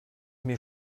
mir